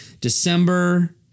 December